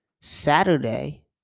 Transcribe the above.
Saturday